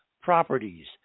properties